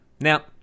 Now